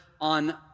on